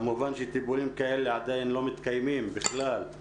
כמובן שטיפולים כאלה עדיין לא מתקיימים בכלל,